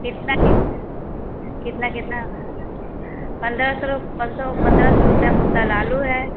कितना कित कितना कितना पंद्रह सौ रु पाँच सौ पंद्रह सौ रुपया कुंटल आलू है